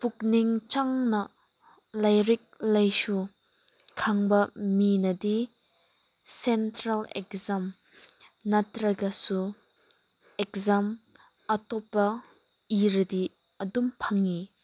ꯄꯨꯛꯅꯤꯡ ꯆꯪꯅ ꯂꯥꯏꯔꯤꯛ ꯂꯥꯏꯁꯨ ꯈꯪꯕ ꯃꯤꯅꯗꯤ ꯁꯦꯟꯇ꯭ꯔꯦꯜ ꯑꯦꯛꯖꯥꯝ ꯅꯠꯇ꯭ꯔꯒꯁꯨ ꯑꯦꯛꯖꯥꯝ ꯑꯇꯣꯞꯄ ꯏꯔꯗꯤ ꯑꯗꯨꯝ ꯐꯪꯏ